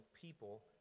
people